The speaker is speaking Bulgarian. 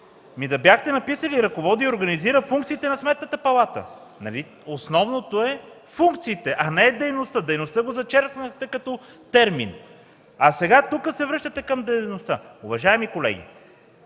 да бяхте написали „ръководи и организира функциите на Сметната палата”, нали основното са функциите, а не е дейността. Дейността го зачеркнахте като термин. Сега тук се връщате към дейността. Уважаеми колеги,